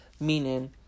Meaning